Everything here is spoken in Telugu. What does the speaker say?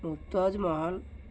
ముంతాజ్ మహల్